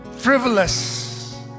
frivolous